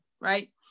right